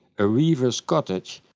a weaver's cottage,